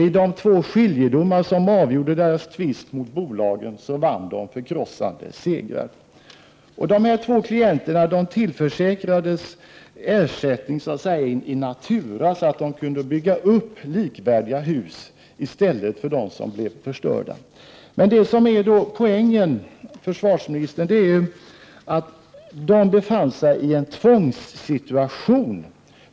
I de två skiljedomar som avgjorde deras tvist med bolagen vann de förkrossande segrar. Dessa två klienter tillförsäkrades ersättning så att säga in natura, så att de kunde bygga likvärdiga hus i stället för de som blev förstörda. Men det som är poängen, försvarsministern, är att de här två befann sigi en tvångssituation.